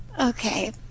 Okay